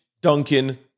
Duncan